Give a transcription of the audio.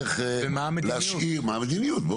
מה המדיניות.